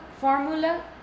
formula